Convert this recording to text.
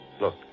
Look